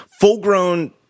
full-grown